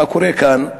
מה קורה כאן,